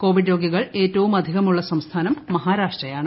Covid രോഗികൾ ഏറ്റവുമധികമുള്ള സംസ്ഥാനം മഹാരാഷ്ട്രയാണ്